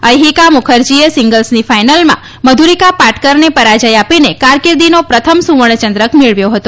અયહીકા મુખરજીએ સીંગલ્સની ફાઇનલમાં મધુરીકા પાટકરને પરાજય આપીને કારકીર્દિનો પ્રથમ સુવર્ણચંદ્રક મેળવ્યો હતો